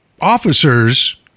officers